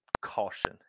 caution